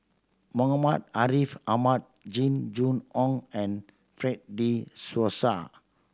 Muhammad Ariff Ahmad Jing Jun Hong and Fred De Souza